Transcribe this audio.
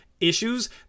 issues